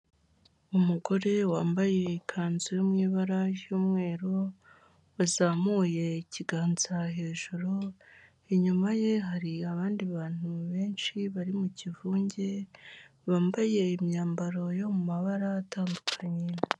Umugore wambaye ikanzu yo mu ibara ry'umweru, wazamuye ikiganza hejuru, inyuma ye hari abandi bantu benshi bari mu kivunge, bambaye imyambaro yo mabara atandukanye.